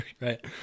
Right